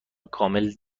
کامل